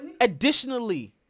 additionally